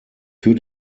für